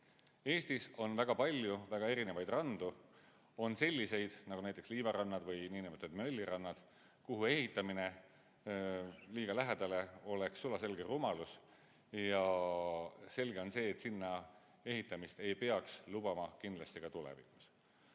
Eestis on palju väga erinevaid randu. On selliseid, nagu näiteks liivarannad või niinimetatud möllirannad, kuhu ehitamine liiga lähedale oleks sulaselge rumalus. Ja selge on see, et sinna ehitamist ei peaks lubama kindlasti ka tulevikus.